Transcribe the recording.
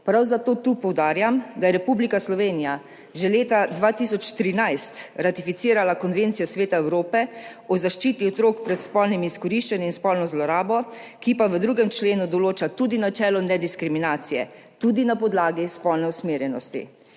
Prav zato tu poudarjam, da je Republika Slovenija že leta 2013 ratificirala Konvencijo Sveta Evrope o zaščiti otrok pred spolnim izkoriščanjem in spolno zlorabo, ki pa v 2. členu določa tudi načelo nediskriminacije, tudi na podlagi spolne usmerjenosti.